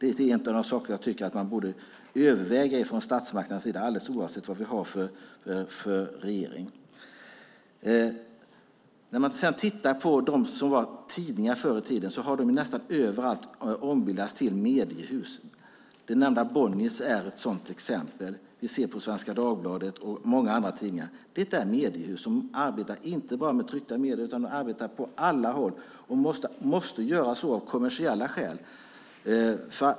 Det är en av de saker som jag tycker att man borde överväga från statsmakternas sida, oavsett vilken regering vi har. När man sedan tittar på de tidningar som fanns förr i tiden har de nästan överallt ombildats till mediehus. Det nämnda Bonniers är ett sådant exempel. Vi ser det på Svenska Dagbladet och många andra tidningar. Det är mediehus som arbetar inte bara med tryckta medier utan på alla håll, och måste göra så av kommersiella skäl.